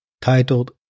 titled